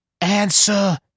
Answer